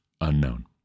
unknown